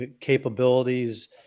capabilities